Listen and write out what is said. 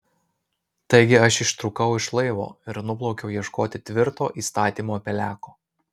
taigi aš ištrūkau iš laivo ir nuplaukiau ieškoti tvirto įstatymo peleko